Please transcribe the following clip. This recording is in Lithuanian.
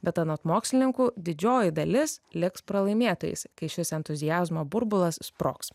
bet anot mokslininkų didžioji dalis liks pralaimėtojais kai šis entuziazmo burbulas sprogs